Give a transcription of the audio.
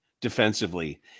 defensively